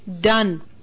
done